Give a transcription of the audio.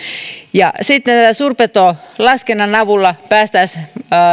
suurpetolaskennan avulla päästäisiin